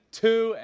two